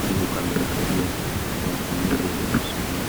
ili kukamilisha jengo kwa matumizi yaliokusudiwa.